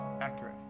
accurate